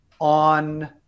On